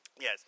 Yes